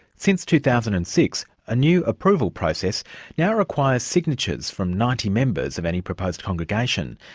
since two thousand and six a new approval process now requires signatures from ninety members of any proposed congregation,